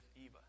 Eva